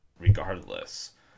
regardless